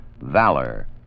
Valor